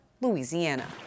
Louisiana